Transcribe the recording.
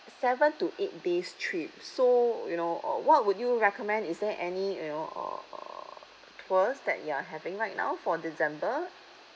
seven to eight days trip so you know what would you recommend is there any you know uh uh tours that you are having right now for december